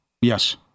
Yes